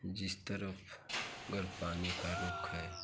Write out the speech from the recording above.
जिस तरफ गर पानी का रुख है